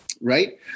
Right